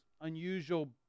unusual